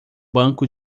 banco